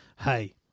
hey